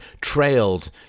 trailed